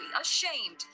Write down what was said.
ashamed